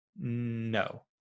no